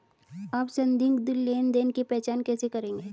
आप संदिग्ध लेनदेन की पहचान कैसे करेंगे?